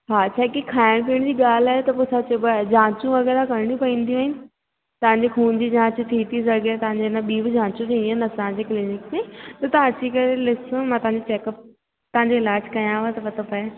हा छा आहे की खाइण पीअण जी ॻाल्हि आहे त पोइ छा चाइबो आहे जांच वग़ैरह करिणी पवंदियूं आहिनि तव्हांजे खून जी जांच थी थी सघे तव्हांजे हिन ॿी बि जांचू थी वेंदस असांजी क्लीनिक ते त तव्हां अची करे ॾिसूं मां तव्हांजो चैकअप तव्हांजो इलाज कयाव त पतो पए